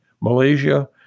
Malaysia